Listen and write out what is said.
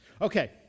Okay